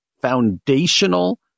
foundational